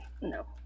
No